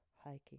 hiking